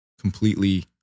completely